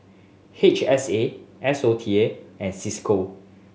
H S A S O T A and Cisco